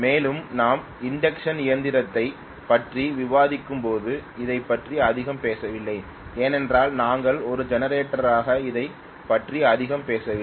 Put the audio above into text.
மேலும் நாம் இண்டக்க்ஷன் இயந்திரத்தைப் பற்றி விவாதிக்கும் போது இதைப் பற்றி அதிகம் பேசவில்லை ஏனென்றால் நாங்கள் ஒரு ஜெனரேட்டராக இதைப் பற்றி அதிகம் பேசவில்லை